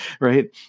right